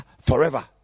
forever